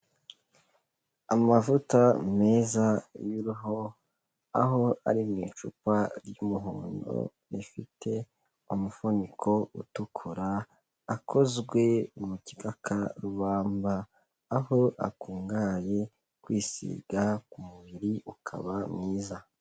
Amavuta meza y'uruhu aho ari mu icupa ry'umuhondo rifite umufuniko utukura akozwe mu gikakarubamba aho akungahaye kwisiga ku mubiri ukaba mwiza.